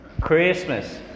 Christmas